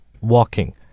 Walking